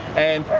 and,